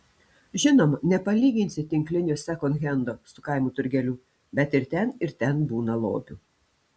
žinoma nepalyginsi tinklinio sekondhendo su kaimo turgeliu bet ir ten ir ten būna lobių